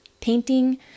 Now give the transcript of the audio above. painting